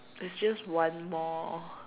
it's just one more